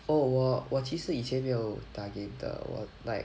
oh 我我其实以前没有打 game 的我 like